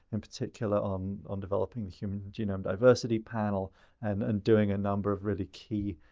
in particular, um on developing the human genome diversity panel and and doing a number of really key